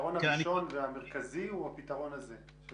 הפתרון הראשון והמרכזי הוא הפתרון הזה.